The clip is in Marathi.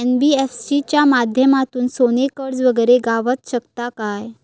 एन.बी.एफ.सी च्या माध्यमातून सोने कर्ज वगैरे गावात शकता काय?